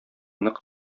нык